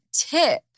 tip